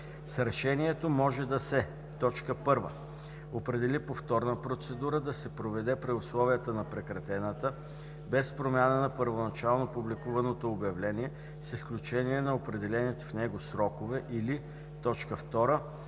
С решението може да се: